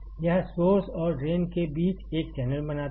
यह सोर्स और ड्रेन के बीच एक चैनल बनाता है